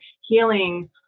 healing